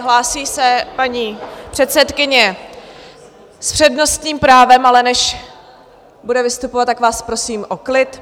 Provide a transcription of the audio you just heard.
Hlásí se paní předsedkyně s přednostním právem, ale než bude vystupovat, tak vás prosím o klid.